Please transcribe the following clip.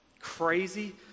crazy